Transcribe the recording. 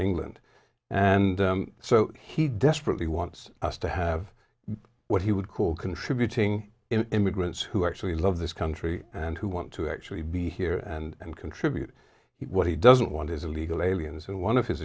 england and so he desperately wants us to have what he would call contributing immigrants who actually love this country and who want to actually be here and contribute what he doesn't want is illegal aliens and one of his